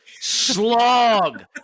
slog